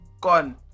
Gone